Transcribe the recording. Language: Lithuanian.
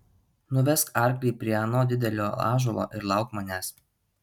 nuvesk arklį prie ano didelio ąžuolo ir lauk manęs